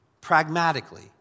Pragmatically